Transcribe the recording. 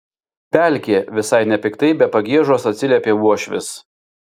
pelkė visai nepiktai be pagiežos atsiliepė uošvis